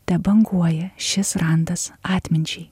tebanguoja šis randas atminčiai